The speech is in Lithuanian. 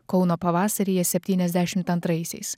kauno pavasaryje septyniasdešimt antraisiais